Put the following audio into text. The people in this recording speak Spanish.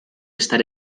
estar